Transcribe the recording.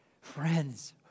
Friends